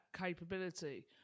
capability